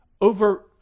over